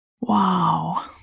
Wow